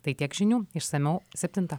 tai tiek žinių išsamiau septintą